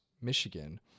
Michigan